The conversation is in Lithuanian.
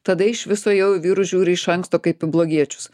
tada iš viso jau į vyrus žiūri iš anksto kaip į blogiečius